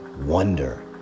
wonder